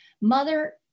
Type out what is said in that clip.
Mother